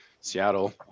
seattle